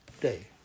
day